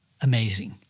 amazing